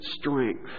strength